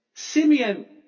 Simeon